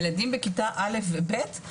ילדים בכיתה א' וב' ?